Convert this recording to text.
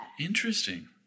interesting